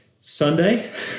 Sunday